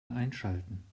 einschalten